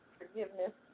forgiveness